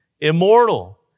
immortal